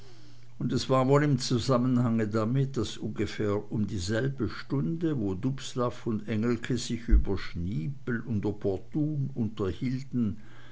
und es war wohl im zusammenhange damit daß ungefähr um dieselbe stunde wo dubslav und engelke sich über schniepel und opportun unterhielten